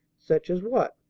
such as what?